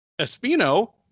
Espino